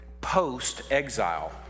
post-exile